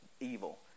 evil